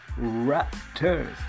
Raptors